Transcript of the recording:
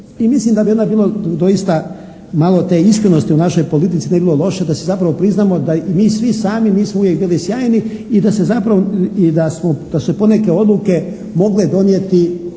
mislim da bi onda bilo doista malo te iskrenosti u našoj politici ne bi bilo loše da si zapravo priznamo da mi sami nismo uvijek bili sjajni i da se zapravo, i da su se poneke odluke mogle donijeti